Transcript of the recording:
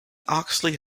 oxley